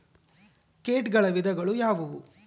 ಕೇಟಗಳ ವಿಧಗಳು ಯಾವುವು?